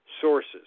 sources